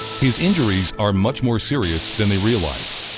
his injuries are much more serious than they'd realized.